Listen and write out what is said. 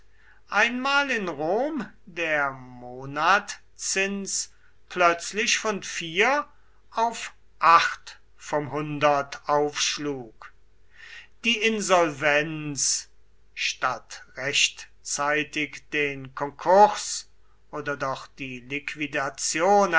einmal in rom der monatzins plötzlich von vier auf acht vom hundert aufschlug die insolvenz statt rechtzeitig den konkurs oder doch die liquidation